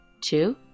Two